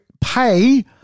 pay